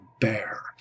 bear